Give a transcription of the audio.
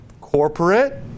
corporate